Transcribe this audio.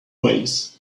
vase